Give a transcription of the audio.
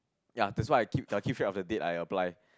ya that's why I keep I keep track of the date I apply